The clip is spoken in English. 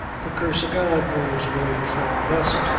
the curse o' god knows where to fall best,